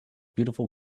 beautiful